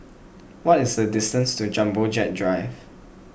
what is the distance to Jumbo Jet Drive